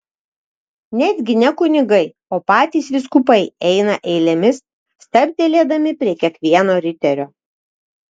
netgi ne kunigai o patys vyskupai eina eilėmis stabtelėdami prie kiekvieno riterio